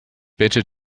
better